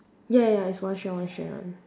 ya ya it's one strand one strand one